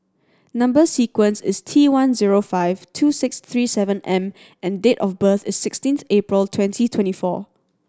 number sequence is T one zero five two six three seven M and date of birth is sixteenth April twenty twenty four